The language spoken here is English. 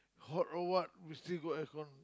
hot or what we still got air con